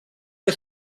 que